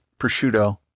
prosciutto